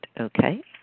Okay